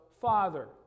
Father